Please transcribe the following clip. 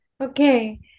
Okay